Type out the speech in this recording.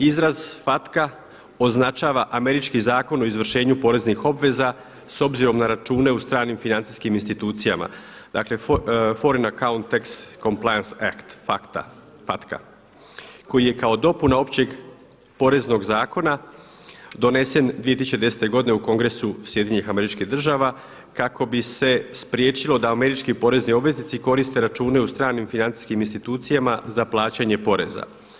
Izraz FATCA označava američki zakon o izvršenju poreznih obveza s obzirom na račune u stranim financijskim institucijama, dakle Foreign Account Tax Compliance Act FATCA, koji je kao dopuna općeg poreznog zakona donesen 2010. godine u Kongresu SAD-a kako bi se spriječilo da američki porezni obveznici koriste račune u stranim financijskim institucijama za plaćanje poreza.